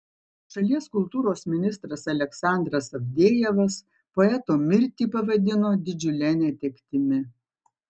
šalies kultūros ministras aleksandras avdejevas poeto mirtį pavadino didžiule netektimi